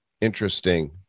Interesting